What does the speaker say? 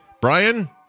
Brian